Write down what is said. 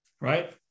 right